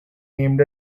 named